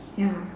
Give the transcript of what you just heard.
ya